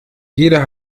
jeder